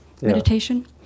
meditation